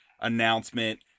announcement